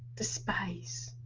despise!